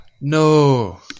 No